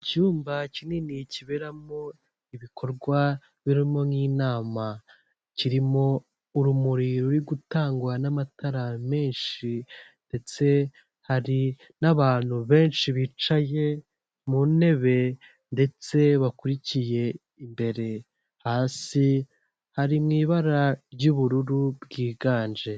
Icyumba kinini kiberamo ibikorwa birimo nk'inama, kirimo urumuri ruri gutangwa n'amatara menshi ndetse hari n'abantu benshi bicaye mu ntebe ndetse bakurikiye imbere, hasi hari mu ibara ry'ubururu bwiganje.